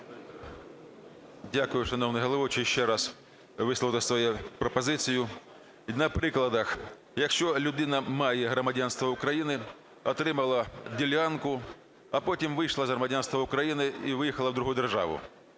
Дякую, шановний головуючий. Ще раз висловити свою пропозицію на прикладах. Якщо людина має громадянство України, отримала ділянку, а потім вийшла з громадянства і виїхала в другу державу.